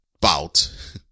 bout